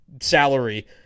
salary